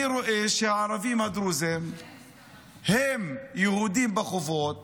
אני רואה שהערבים הדרוזים הם יהודים בחובות